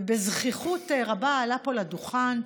ובזחיחות רבה עלה פה לדוכן,